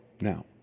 now